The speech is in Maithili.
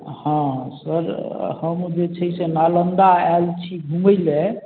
हँ सर हम जे छै से नालन्दा आएल छी घुमै ले